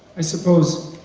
i suppose,